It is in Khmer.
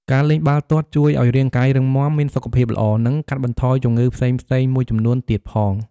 ការលេងបាល់ទាត់ជួយឲ្យរាងកាយរឹងមាំ មានសុខភាពល្អ និងកាត់បន្ថយជំងឺផ្សេងៗមួយចំនួនទៀតផង។